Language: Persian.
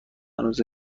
روز